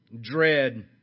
dread